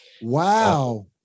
Wow